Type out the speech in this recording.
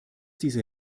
diese